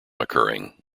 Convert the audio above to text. occurring